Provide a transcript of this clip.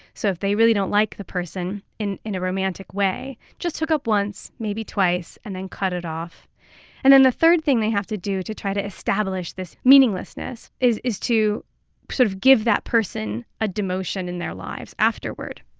so if they really don't like the person in in a romantic way, just hook up once, maybe twice and then cut it off and then the third thing they have to do to try to establish this meaninglessness is is to sort of give that person a demotion in their lives afterward.